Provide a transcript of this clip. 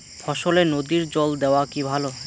ফসলে নদীর জল দেওয়া কি ভাল?